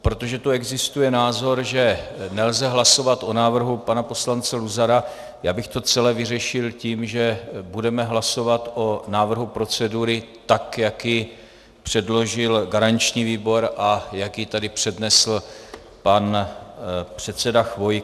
A protože tu existuje názor, že nelze hlasovat o návrhu pana poslance Luzara, já bych to celé vyřešil tím, že budeme hlasovat o návrhu procedury tak, jak ji předložil garanční výbor a jak ji tady přednesl pan předseda Chvojka.